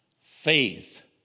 faith